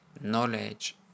knowledge